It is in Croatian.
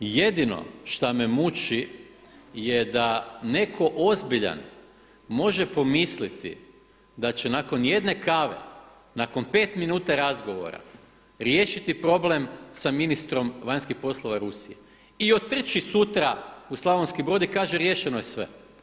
Jedino šta me muči je da netko ozbiljan može pomisliti da će nakon jedne kave, nakon pet minuta razgovora riješiti problem sa ministrom vanjskih poslova Rusije i otrči sutra u Slavonski Brod i kaže riješeno je sve.